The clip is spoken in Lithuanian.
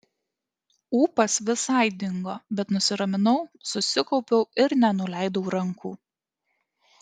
ūpas visai dingo bet nusiraminau susikaupiau ir nenuleidau rankų